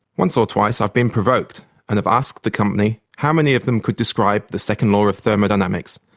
once or twice i have been provoked and have asked the company how many of them could describe the second law of thermodynamics.